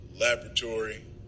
laboratory